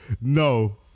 no